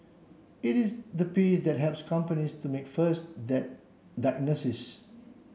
it is the piece that helps companies to make first that that diagnosis